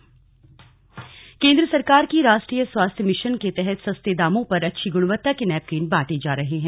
sanitary napkin केंद्र सरकार की राष्ट्रीय स्वास्थ्य मिशन के तहत सस्ते दामों पर अच्छी गुणवत्ता के नैपकिन बांटे जा रहे हैं